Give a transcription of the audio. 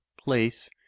place